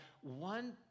one